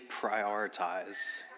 prioritize